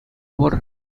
пур